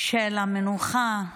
של המנוחה